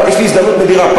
יש לי הזדמנות נדירה.